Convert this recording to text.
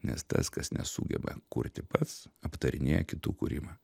nes tas kas nesugeba kurti pats aptarinėja kitų kūrimą